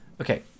Okay